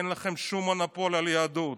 אין לכם שום מונופול על היהדות.